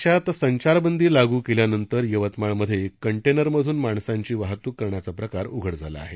देशात संचारबंदी लागू केल्यानंतर यवतमाळमध्ये कंटेनरमधून माणसांची वाहतूक करण्याचा प्रकार उघड झाला आहे